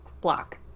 block